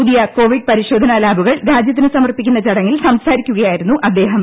പുതിയ കോവിഡ് പരിശോധനാ ലാബുകൾ രാജ്യത്തിന് സമർപ്പിക്കുന്ന ചടങ്ങിൽ സംസാരിക്കുകയായിരുന്നു അദ്ദേഹം